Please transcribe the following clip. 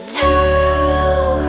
tell